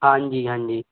हाँ जी हाँ जी